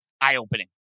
Eye-opening